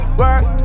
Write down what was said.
work